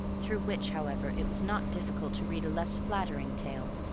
through which, however, it was not difficult to read a less flattering tale.